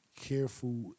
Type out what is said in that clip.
Careful